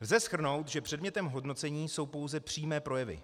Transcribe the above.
Lze shrnout, že předmětem hodnocení jsou pouze přímé projevy.